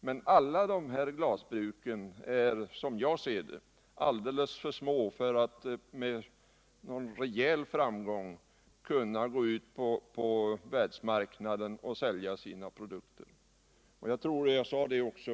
Men alla våra glasbruk är, som jag ser det, alldeles för små för att med någon rejäl framgång kunna gå ut på världsmarknaden och sälja sina produkter. Jag tror — jag sade det också